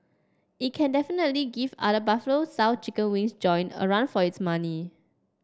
it can definitely give other Buffalo style chicken wings joint a run for its money